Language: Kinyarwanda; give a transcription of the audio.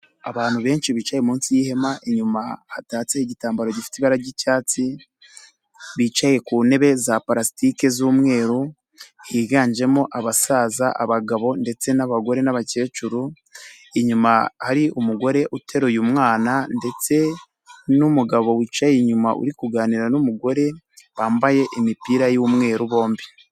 Abantu benshi bicaye munsi y'ihema inyuma hatatse igitambaro gifite ibara ry'icyatsi bicaye ku ntebe za plasitike z'umweru higanjemo abasaza, abagabo ndetse n'abagore n'abakecuru, inyuma ari umugore uteruye umwana ndetse n'umugabo wicaye inyuma uri kuganira' numugore wambaye imipira yumweru bombi